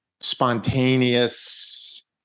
spontaneous